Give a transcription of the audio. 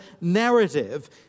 narrative